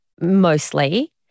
mostly